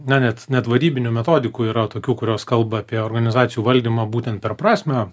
na net net vadybinių metodikų yra tokių kurios kalba apie organizacijų valdymą būtent per prasmę